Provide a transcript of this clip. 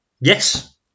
Yes